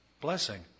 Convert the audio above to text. Blessing